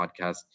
podcast